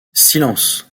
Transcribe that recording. silence